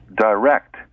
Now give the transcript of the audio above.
direct